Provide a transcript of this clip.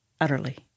utterly